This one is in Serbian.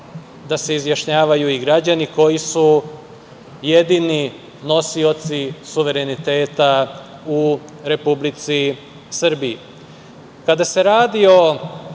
da se izjašnjavaju i građani koji su jedini nosioci suvereniteta u Republici Srbiji. Kada